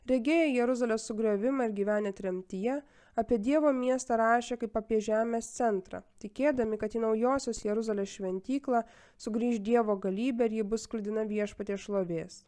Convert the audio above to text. regėję jeruzalės sugriovimą ir gyvenę tremtyje apie dievo miestą rašė kaip apie žemės centrą tikėdami kad į naujosios jeruzalės šventyklą sugrįš dievo galybė ir ji bus sklidina viešpaties šlovės